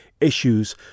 issues